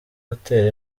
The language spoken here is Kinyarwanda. gutera